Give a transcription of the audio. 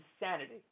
insanity